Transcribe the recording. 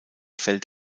fällt